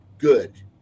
good